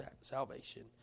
salvation